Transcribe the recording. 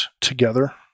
together